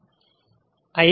આ 1 વિન્ડિંગ છે